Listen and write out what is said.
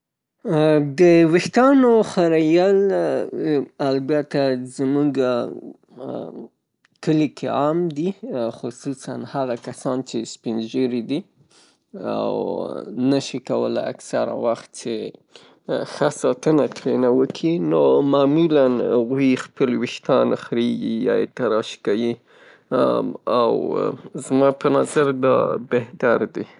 د ویښتانو خریل البته زموږه کلي کې عام دي، خصوصاً هغه کسان چې سپین ږیري دی او نه شي کولی اکثره وخت ښه ساتنه ترینه وکی؛ نو معمولاً هغوی خپل ویښتان خريي او یا یې تراش کیی او زما په نظر دا بهتر دي.